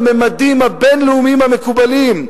לממדים הבין-לאומיים המקובלים".